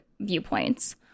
viewpoints